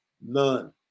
None